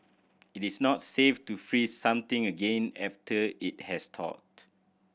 it is not safe to freeze something again after it has thawed